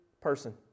person